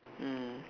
mm